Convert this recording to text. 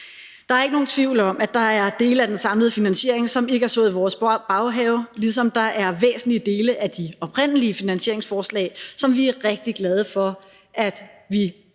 Der er ikke nogen tvivl om, at der er dele af den samlede finansiering, som ikke er groet i vores baghave, ligesom der er væsentlige dele af de oprindelige finanslovsforslag, som vi er rigtig glade for vi har